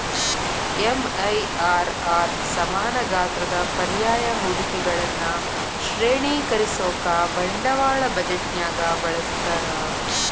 MIRR ಸಮಾನ ಗಾತ್ರದ ಪರ್ಯಾಯ ಹೂಡಿಕೆಗಳನ್ನ ಶ್ರೇಣೇಕರಿಸೋಕಾ ಬಂಡವಾಳ ಬಜೆಟ್ನ್ಯಾಗ ಬಳಸ್ತಾರ